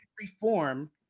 reform